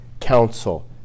counsel